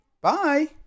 Bye